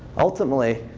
ultimately,